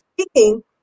speaking